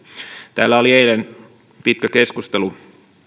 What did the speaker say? täällä oli eilen pitkä keskustelu